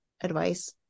advice